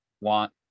want